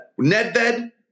Nedved